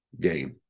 game